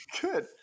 Good